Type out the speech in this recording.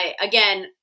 Again